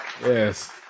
yes